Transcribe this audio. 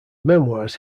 memoirs